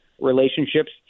relationships